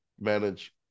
manage